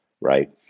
right